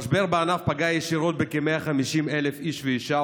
המשבר בענף פגע ישירות בכ-150,000 איש ואישה,